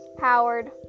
Howard